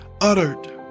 uttered